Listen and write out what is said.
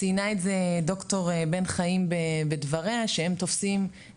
ציינה את זה ד"ר בן חיים בדבריה שהם בנציבות